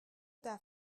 دفع